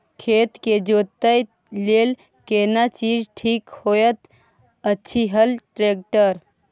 खेत के जोतय लेल केना चीज ठीक होयत अछि, हल, ट्रैक्टर?